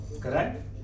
Correct